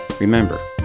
Remember